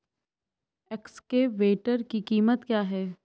Excavator की कीमत क्या है?